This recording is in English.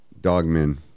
dogmen